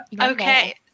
Okay